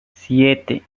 siete